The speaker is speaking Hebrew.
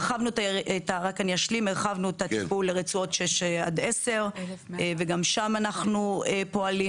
הרחבנו את הטיפול לרצועות 6 עד 10 וגם שם אנחנו פועלים,